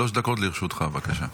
שלוש דקות לרשותך, בבקשה.